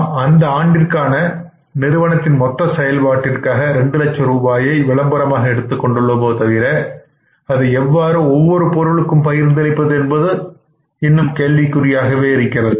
நாம் அந்த ஆண்டிற்கான நிறுவனத்தின் மொத்த செயல்பாட்டிற்காக 2 லட்ச ரூபாயை விளம்பரமாக எடுத்துக் கொண்டுள்ளோமே தவிர அதை எவ்வாறு ஒவ்வொரு பொருளுக்கும் பகிர்ந்தளிப்பது என்பது கேள்விக்குறியாக இருக்கிறது